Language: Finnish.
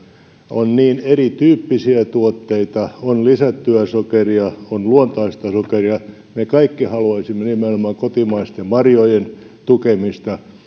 on niin erityyppisiä tuotteita on lisättyä sokeria on luontaista sokeria me kaikki haluaisimme nimenomaan kotimaisten marjojen tukemista